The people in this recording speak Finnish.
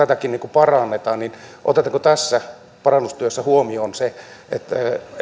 parannetaan niin otetaanko tässä parannustyössä huomioon se että